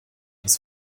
muss